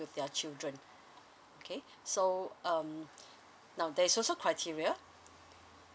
with their children okay so um now there is also criteria